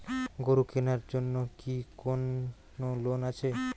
গরু কেনার জন্য কি কোন লোন আছে?